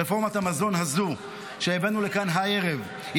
רפורמת המזון שהבאנו לכאן היום היא